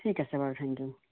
ঠিক আছে বাৰু